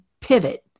pivot